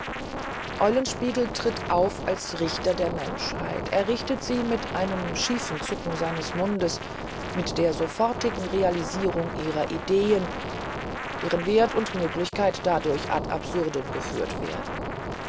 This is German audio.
eulenspiegel tritt auf als richter der menschheit er richtet sie mit einem schiefen zucken seines mundes mit der sofortigen realisierung ihrer ideen deren wert und möglichkeit dadurch ad absurdum geführt werden